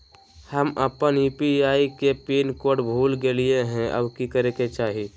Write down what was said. हम अपन यू.पी.आई के पिन कोड भूल गेलिये हई, अब की करे के चाही?